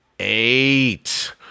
eight